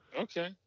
Okay